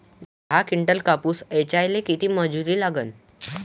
दहा किंटल कापूस ऐचायले किती मजूरी लागन?